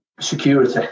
security